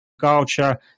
culture